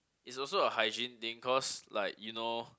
it's also a hygiene thing cause like you know